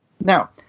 Now